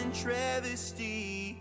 travesty